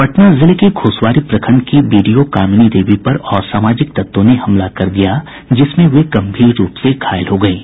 पटना जिले के घोसवारी प्रखंड की बीडीओ कामिनी देवी पर असामाजिक तत्वों ने हमला कर दिया जिसमें वे गंभीर रूप से घायल हो गयीं